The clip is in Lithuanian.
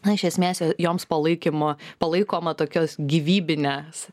na iš esmės jau joms palaikymo palaikoma tokios gyvybinės